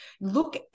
look